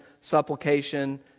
supplication